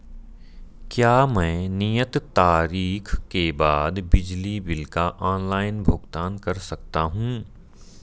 क्या मैं नियत तारीख के बाद बिजली बिल का ऑनलाइन भुगतान कर सकता हूं?